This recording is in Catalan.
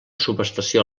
subestació